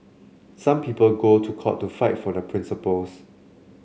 some people go to court to fight for their principles